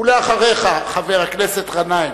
אחריך, חבר הכנסת גנאים,